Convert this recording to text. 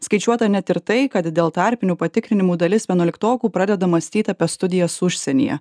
skaičiuota net ir tai kad dėl tarpinių patikrinimų dalis vienuoliktokų pradeda mąstyt apie studijas užsienyje